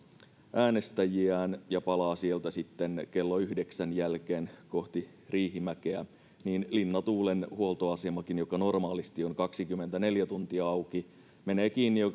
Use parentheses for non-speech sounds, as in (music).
äänestäjiään ja palaa sieltä sitten kello yhdeksän jälkeen kohti riihimäkeä niin linnatuulen huoltoasemakin joka normaalisti on kaksikymmentäneljä tuntia auki menee kiinni jo (unintelligible)